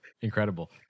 incredible